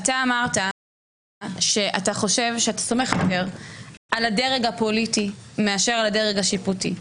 אמרת שאתה סומך יותר על הדרג הפוליטי מאשר על הדרג השיפוטי.